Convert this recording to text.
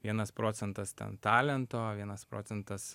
vienas procentas ten talento vienas procentas